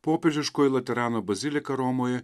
popiežiškoji laterano bazilika romoj